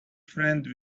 friends